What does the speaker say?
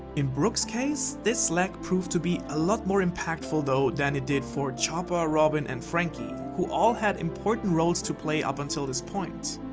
in brook's case, this lack proved to be a lot more impactful though than it did for chopper, robin and franky, who all had important roles to play up until this point.